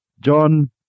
John